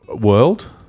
World